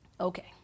Okay